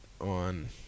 on